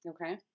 Okay